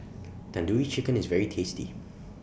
Tandoori Chicken IS very tasty